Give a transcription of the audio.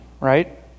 right